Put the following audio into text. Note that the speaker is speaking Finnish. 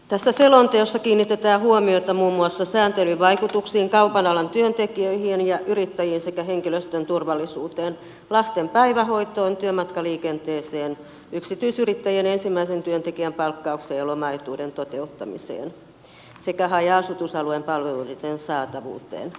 tässä selonteossa kiinnitetään huomiota muun muassa sääntelyn vaikutuksiin kaupan alan työntekijöihin ja yrittäjiin sekä henkilöstön turvallisuuteen lasten päivähoitoon työmatkaliikenteeseen yksityisyrittäjien ensimmäisen työntekijän palkkaukseen ja lomaetuuden toteuttamiseen sekä haja asutusalueiden palveluiden saatavuuteen